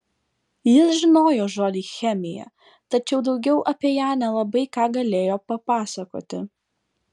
jis žinojo žodį chemija tačiau daugiau apie ją nelabai ką galėjo papasakoti